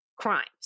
crimes